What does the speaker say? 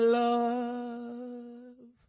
love